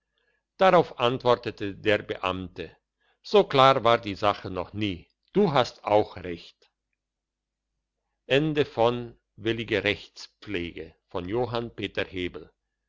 darauf antwortete der beamte so klar war die sache noch nie du hast auch recht